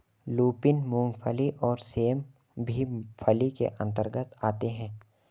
lupin, मूंगफली और सेम भी फली के अंतर्गत आते हैं